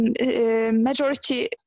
majority